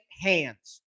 hands